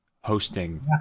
hosting